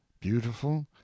beautiful